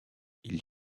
ils